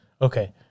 Okay